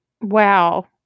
Wow